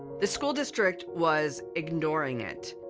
the school district was ignoring it.